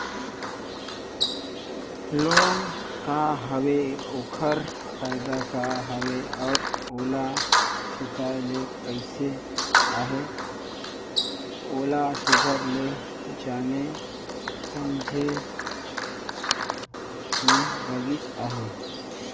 loan का हवे ओकर फएदा का हवे अउ ओला चुकाए ले कइसे अहे ओला सुग्घर ले जाने समुझे में लगिस अहे